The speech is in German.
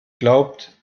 glaubt